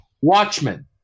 Watchmen